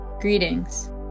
greetings